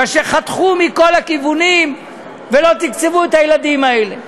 כי חתכו מכל הכיוונים ולא תקצבו את הילדים האלה.